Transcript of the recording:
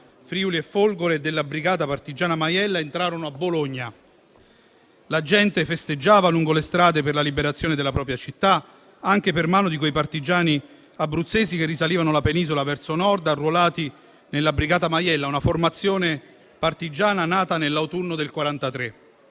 Friuli e Folgore e della brigata partigiana Maiella entrarono a Bologna. La gente festeggiava lungo le strade per la liberazione della propria città, anche per mano di quei partigiani abruzzesi che risalivano la penisola verso nord, arruolati nella brigata Maiella, una formazione partigiana nata nell'autunno del 1943.